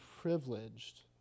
privileged